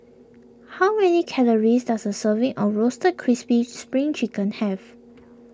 how many calories does a serving of Roasted Crispy Spring Chicken have